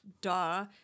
duh